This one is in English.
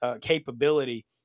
capability